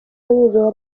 bubera